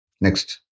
Next